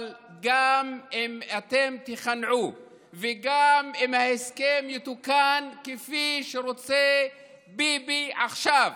אבל גם אם אתם תיכנעו וגם אם ההסכם יתוקן כפי שרוצה ביבי עכשיו,